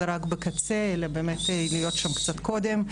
רק בקצה אלא באמת להיות שם קצת קודם.